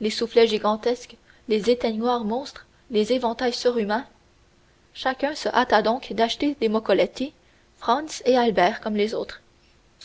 les soufflets gigantesques les éteignoirs monstres les éventails surhumains chacun se hâta donc d'acheter des moccoletti franz et albert comme les autres